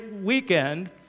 weekend